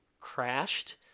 crashed